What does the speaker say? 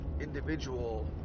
individual